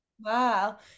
Wow